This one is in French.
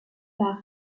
par